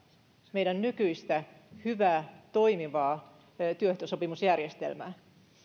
meidän nykyistä hyvää toimivaa työehtosopimusjärjestelmäämme